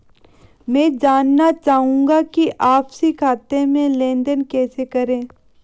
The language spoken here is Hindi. मैं जानना चाहूँगा कि आपसी खाते में लेनदेन कैसे करें?